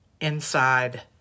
inside